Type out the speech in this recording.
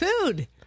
food